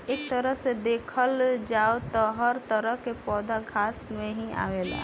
एक तरह से देखल जाव त हर तरह के पौधा घास में ही आवेला